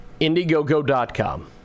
indiegogo.com